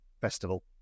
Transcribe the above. festival